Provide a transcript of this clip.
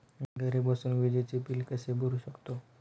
घरी बसून विजेचे बिल कसे भरू शकतो?